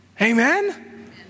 Amen